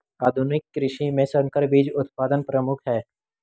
आधुनिक कृषि में संकर बीज उत्पादन प्रमुख है